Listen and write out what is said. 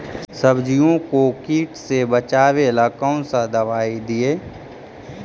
सब्जियों को किट से बचाबेला कौन सा दबाई दीए?